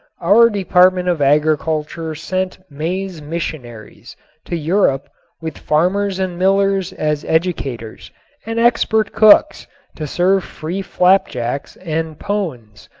our department of agriculture sent maize missionaries to europe with farmers and millers as educators and expert cooks to serve free flapjacks and pones,